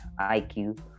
IQ